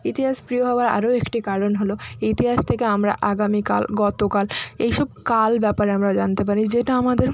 ইতিহাস প্রিয় হওয়ার আরও একটি কারণ হলো ইতিহাস থেকে আমরা আগামীকাল গতকাল এই সব কাল ব্যাপারে আমরা জানতে পারি যেটা আমাদের